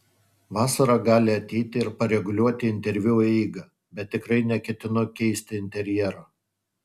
vasara gali ateiti ir pareguliuoti interviu eigą bet tikrai neketinu keisti interjero